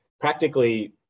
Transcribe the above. practically